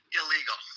illegal